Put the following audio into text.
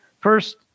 First